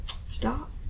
stop